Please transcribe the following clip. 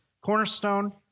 Cornerstone